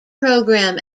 program